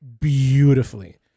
beautifully